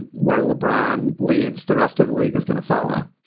where lebron leads the rest of the league is going to follow?